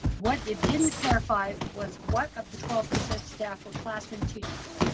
what it didn't clarify was what of the twelve percent staff were classroom teachers.